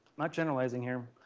not generalizing here.